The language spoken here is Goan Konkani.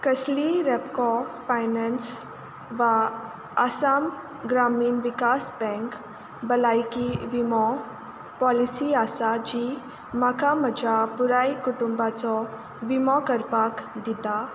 कसलीय रॅपकॉ फायनेन्स वा आसाम ग्रामीण विकास बँक भलायकी विमो पॉलिसी आसा जी म्हाका म्हज्या पुराय कुटुंबाचो विमो करपाक दिता